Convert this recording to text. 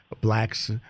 blacks